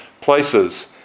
places